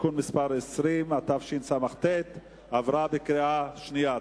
(תיקון מס' 20), התשס”ט 2009, עברה בקריאה שנייה.